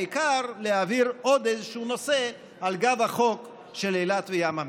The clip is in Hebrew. העיקר להעביר עוד איזשהו נושא על גב החוק של אילת וים המלח.